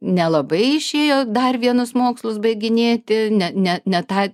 nelabai išėjo dar vienus mokslus baiginėti ne ne ne ta